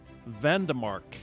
Vandemark